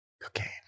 Cocaine